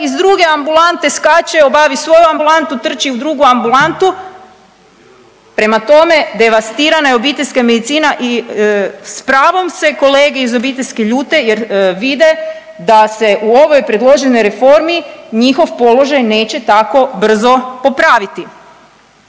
iz druge ambulante skače, obavi svoju ambulantu, trči u drugu ambulantu. Prema tome devastirana je obiteljska medicina i s pravom se kolege iz obiteljske ljute jer vide da se u ovoj predloženoj reformi njihov položaj neće tako brzo popraviti.